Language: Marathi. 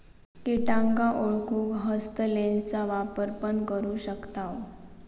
किटांका ओळखूक हस्तलेंसचा वापर पण करू शकताव